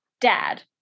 Dad